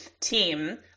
team